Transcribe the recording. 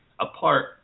apart